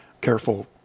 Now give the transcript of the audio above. careful